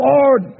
Lord